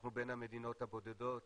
אנחנו בין המדינות הבודדות,